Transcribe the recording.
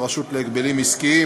הרשות להגבלים עסקיים,